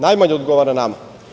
Najmanje odgovara nama.